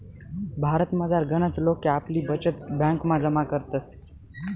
भारतमझार गनच लोके आपली बचत ब्यांकमा जमा करतस